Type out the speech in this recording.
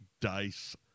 Dice